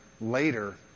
later